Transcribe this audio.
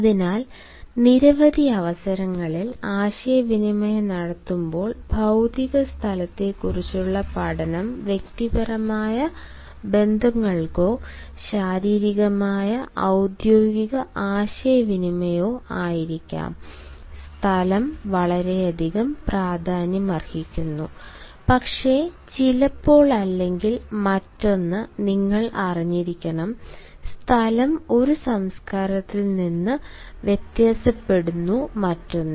അതിനാൽ നിരവധി അവസരങ്ങളിൽ ആശയവിനിമയം നടത്തുമ്പോൾ ഭൌതിക സ്ഥലത്തെക്കുറിച്ചുള്ള പഠനം വ്യക്തിപരമായ ബന്ധങ്ങൾക്കോ ശാരീരികമോ ഔദ്യോഗിക ആശയവിനിമയമോ ആയിരിക്കാം സ്ഥലം വളരെയധികം പ്രാധാന്യമർഹിക്കുന്നു പക്ഷേ ചിലപ്പോൾ അല്ലെങ്കിൽ മറ്റൊന്ന് നിങ്ങൾ അറിഞ്ഞിരിക്കണം സ്ഥലം ഒരു സംസ്കാരത്തിൽ നിന്ന് വ്യത്യാസപ്പെടുന്നു മറ്റൊന്ന്